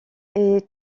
est